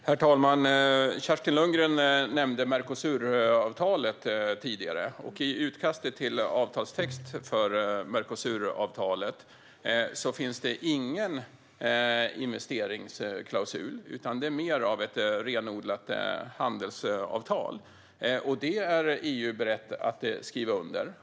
Herr talman! Kerstin Lundgren nämnde tidigare Mercosuravtalet. I utkastet till avtalstext för detta avtal finns det ingen investeringsklausul. Det är mer av ett renodlat handelsavtal. Detta är EU berett att skriva under.